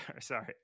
Sorry